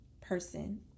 person